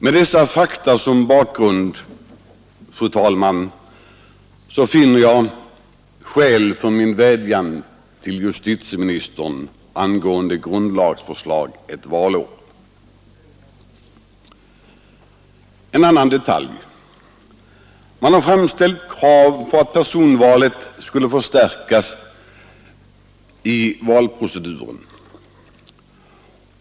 Med dessa fakta som bakgrund finner jag skäl för min vädjan till justitieministern angående grundlagsförslag ett valår. En annan detalj är att det framställts krav på att personvalet skulle förstärkas i valproceduren.